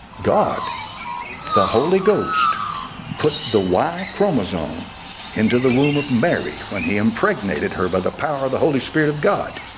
god the holy ghost put the y chromosome into the womb of mary when he impregnated her by the power of the holy spirit of god,